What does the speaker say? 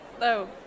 no